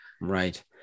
Right